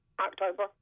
October